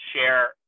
share